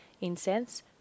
incense